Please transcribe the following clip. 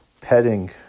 petting